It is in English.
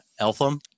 Eltham